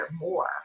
more